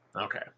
Okay